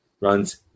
runs